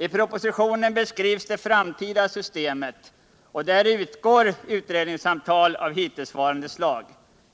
I propositionen beskrivs det framtida systemet, och där utgår utredningssamtal av hittillsvarande slag.